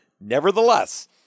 Nevertheless